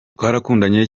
twarakundanye